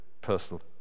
personal